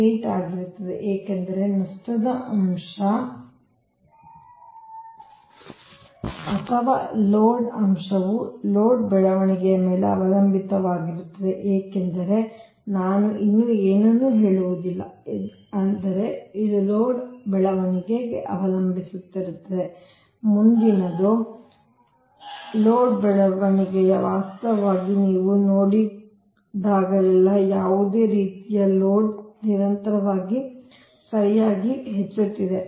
8 ಆಗಿರುತ್ತದೆ ಏಕೆಂದರೆ ನಷ್ಟದ ಅಂಶ ಅಥವಾ ಲೋಡ್ ಅಂಶವು ಲೋಡ್ ಬೆಳವಣಿಗೆಯ ಮೇಲೆ ಅವಲಂಬಿತವಾಗಿರುತ್ತದೆ ಏಕೆಂದರೆ ನಾನು ಇನ್ನೂ ಏನನ್ನೂ ಹೇಳುವುದಿಲ್ಲ ಆದರೆ ಇದು ಲೋಡ್ ಬೆಳವಣಿಗೆಯನ್ನು ಅವಲಂಬಿಸಿರುತ್ತದೆ ಮುಂದಿನದು ಲೋಡ್ ಬೆಳವಣಿಗೆಯು ವಾಸ್ತವವಾಗಿ ನೀವು ನೋಡಿದಾಗಲೆಲ್ಲಾ ಯಾವುದೇ ರೀತಿಯ ಲೋಡ್ ನಿರಂತರವಾಗಿ ಸರಿಯಾಗಿ ಹೆಚ್ಚುತ್ತಿದೆ